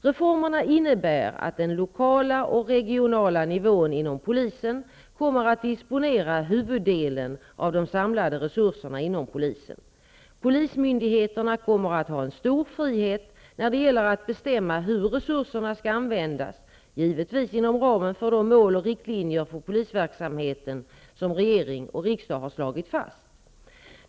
Reformerna innebär att den lokala och regionala nivån inom polisen kommer att disponera huvuddelen av de samlade resurserna inom polisen. Polismyndigheterna kommer att ha en stor frihet när det gäller att bestämma hur resurserna skall användas, givetvis inom ramen för de mål och riktlinjer för polisverksamheten som regering och riksdag har slagit fast.